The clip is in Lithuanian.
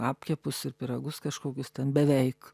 apkepus ir pyragus kažkokius ten beveik